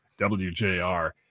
WJR